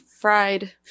fried